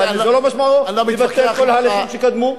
אבל לא משמעו לוותר על כל ההליכים שקדמו.